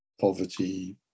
poverty